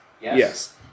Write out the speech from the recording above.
Yes